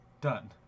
Done